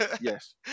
Yes